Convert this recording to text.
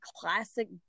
classic